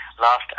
last